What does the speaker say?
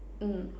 mm